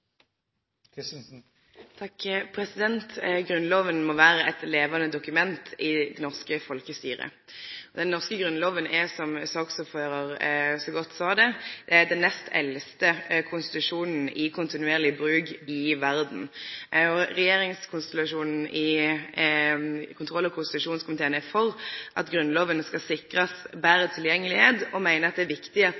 må vere eit levande dokument i det norske folkestyret. Den norske grunnloven er, som saksordføraren så godt sa det, den nest eldste konstitusjonen i kontinuerleg bruk i verda. Regjeringskonstellasjonen i kontroll- og konstitusjonskomiteen er for at Grunnloven skal sikrast betre